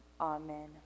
amen